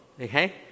okay